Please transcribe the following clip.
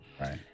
Right